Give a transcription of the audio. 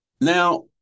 Now